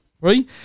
right